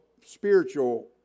spiritual